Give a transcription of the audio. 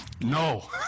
No